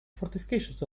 fortifications